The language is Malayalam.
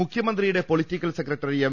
മുഖ്യമന്ത്രിയുടെ പൊളിറ്റിക്കൽ സെക്രട്ടറി എം